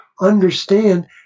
understand